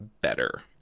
better